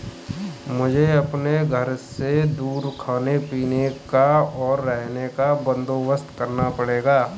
मुझे अपने घर से दूर खाने पीने का, और रहने का बंदोबस्त करना पड़ेगा